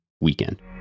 weekend